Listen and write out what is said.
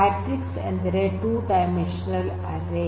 matrix ಎಂದರೆ two dimensional ಅರೆ